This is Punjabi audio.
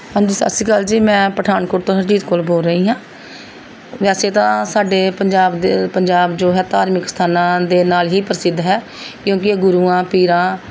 ਹਾਂਜੀ ਸਤਿ ਸ਼੍ਰੀ ਅਕਾਲ ਜੀ ਮੈਂ ਪਠਾਨਕੋਟ ਤੋਂ ਹਰਜੀਤ ਕੌਰ ਬੋਲ ਰਹੀ ਹਾਂ ਵੈਸੇ ਤਾਂ ਸਾਡੇ ਪੰਜਾਬ ਦੇ ਪੰਜਾਬ ਜੋ ਹੈ ਧਾਰਮਿਕ ਅਸਥਾਨਾਂ ਦੇ ਨਾਲ ਹੀ ਪ੍ਰਸਿੱਧ ਹੈ ਕਿਉਂਕਿ ਇਹ ਗੁਰੂਆਂ ਪੀਰਾਂ